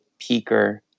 peaker